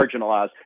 marginalized